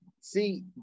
see